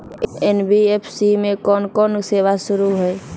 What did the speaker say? NBFC में अभी कोन कोन सेवा शुरु हई?